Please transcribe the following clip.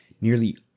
Nearly